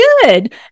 good